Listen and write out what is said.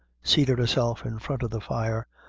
seated herself in front of the fire,